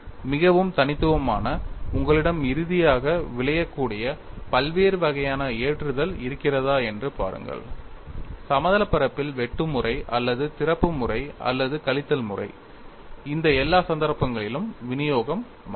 மிகவும் தனித்துவமான உங்களிடம் இறுதியாக விளைய கூடிய பல்வேறு வகையான ஏற்றுதல் இருக்கிறதா என்று பாருங்கள் சமதளப் பரப்பில் வெட்டு முறை அல்லது திறப்பு முறை அல்லது கிழித்தல் முறை இந்த எல்லா சந்தர்ப்பங்களிலும் விநியோகம் மாறாது